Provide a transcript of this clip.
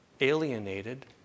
alienated